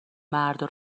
مردا